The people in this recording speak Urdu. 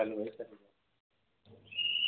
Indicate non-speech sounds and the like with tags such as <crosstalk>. <unintelligible>